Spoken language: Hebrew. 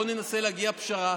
בואו ננסה להגיע לפשרה,